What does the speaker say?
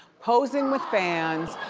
posing with fans,